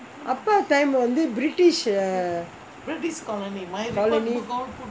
அப்போ:appo time லே வந்து:lae vanthu british eh colony